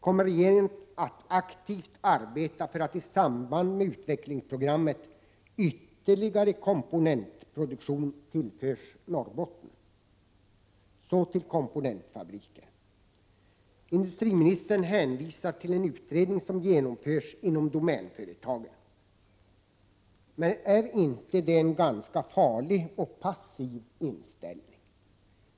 Kommer regeringen att aktivt arbeta för att i samband med utvecklingsprogrammet ytterligare komponentproduktion tillförs Norrbotten? Så till komponentfabriken. Industriministern hänvisar till en utredning som genomförs inom Domänföretagen. Men är inte det en ganska farlig och passiv inställning?